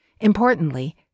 Importantly